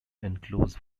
enclose